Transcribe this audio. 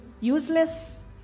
Useless